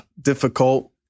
difficult